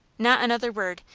not another word,